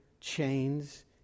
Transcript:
chains